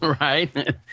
Right